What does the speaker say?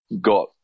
got